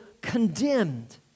condemned